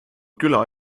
küla